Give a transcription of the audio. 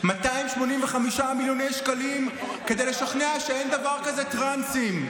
285 מיליון שקלים כדי לשכנע שאין דבר כזה טרנסים,